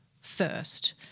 first